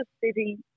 city